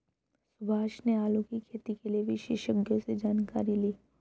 सुभाष ने आलू की खेती के लिए विशेषज्ञों से जानकारी ली